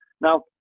Now